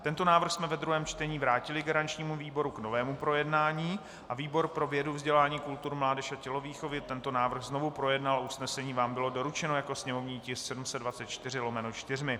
Tento návrh jsme ve druhém čtení vrátili garančnímu výboru k novému projednání a výbor pro vědu, vzdělání, kulturu, mládež a tělovýchovu tento návrh znovu projednal a usnesení vám bylo doručeno jako sněmovní tisk 724/4.